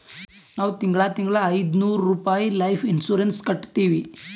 ನಾವ್ ತಿಂಗಳಾ ತಿಂಗಳಾ ಐಯ್ದನೂರ್ ರುಪಾಯಿ ಲೈಫ್ ಇನ್ಸೂರೆನ್ಸ್ ಕಟ್ಟತ್ತಿವಿ